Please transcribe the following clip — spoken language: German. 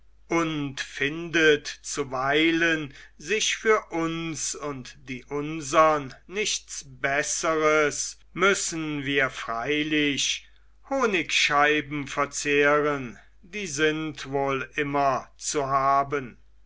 und findet zuweilen sich für uns und die unsern nichts besseres müssen wir freilich honigscheiben verzehren die sind wohl immer zu haben